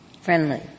Friendly